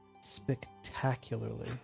spectacularly